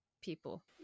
people